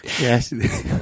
Yes